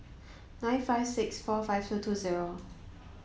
nine five six four five two two zero